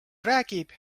räägib